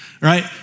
Right